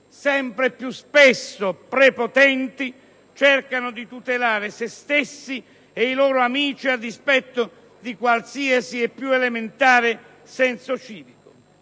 sempre più spesso prepotenti, cercano di tutelare se stessi e i loro amici a dispetto di qualsiasi e più elementare senso civico.